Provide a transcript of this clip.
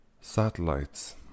satellites